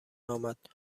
امد